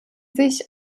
sich